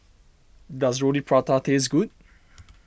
does Roti Prata taste good